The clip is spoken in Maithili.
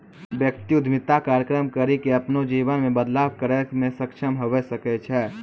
व्यक्ति उद्यमिता कार्यक्रम करी के अपनो जीवन मे बदलाव करै मे सक्षम हवै सकै छै